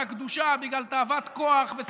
ולאויבי התורה והקדושה בגלל תאוות כוח ושררה.